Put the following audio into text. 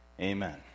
Amen